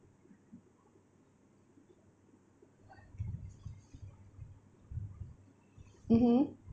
mmhmm